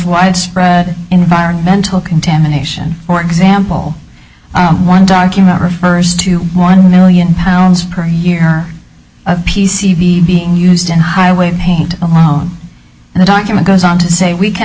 widespread environmental contamination for example one document refers to one million pounds per year of p c b being used in highway paint alone and the document goes on to say we can